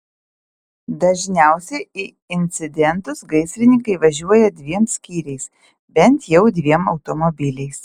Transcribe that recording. dažniausiai į incidentus gaisrininkai važiuoja dviem skyriais bent jau dviem automobiliais